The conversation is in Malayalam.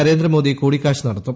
നരേന്ദ്രമോദി കൂടിക്കാഴ്ച നടത്തും